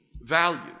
value